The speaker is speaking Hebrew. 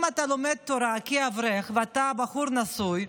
אם אתה מלמד תורה כאברך ואתה בחור נשוי,